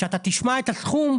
כשאתה תשמע את הסכום,